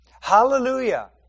Hallelujah